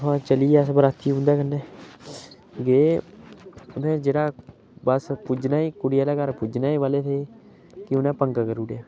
इत्थुआं चलियै अस बराती उं'दे कन्नै गे उनें जेह्ड़ा बस पुज्जना ही कुड़ी आह्ले घर पुज्जने ई वाले थे कि उ'नें पंगा करी ओड़ेआ